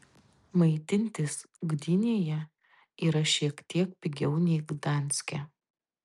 maitintis gdynėje yra šiek tiek pigiau nei gdanske